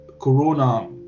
corona